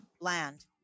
Land